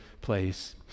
place